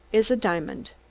is a diamond!